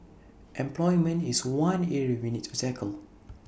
employment is one area we need to tackle